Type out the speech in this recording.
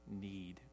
need